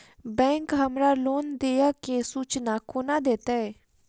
Bank हमरा loan देय केँ सूचना कोना देतय?